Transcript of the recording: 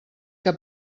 que